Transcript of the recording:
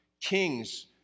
Kings